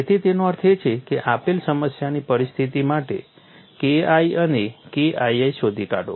તેથી તેનો અર્થ એ છે કે આપેલ સમસ્યાની પરિસ્થિતિ માટે KI અને KII શોધી કાઢો